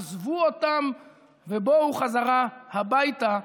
עזבו אותם ובואו חזרה הביתה.